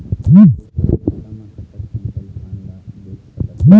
एक ठन खाता मा कतक क्विंटल धान ला बेच सकथन?